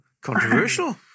Controversial